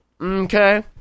Okay